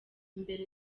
mbere